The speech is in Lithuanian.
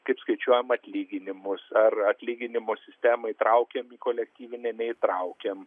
kaip skaičiuojam atlyginimus ar atlyginimų sistemą įtraukiam į kolektyvinę netraukiam